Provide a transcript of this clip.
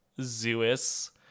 Zeus